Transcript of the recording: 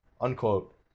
Unquote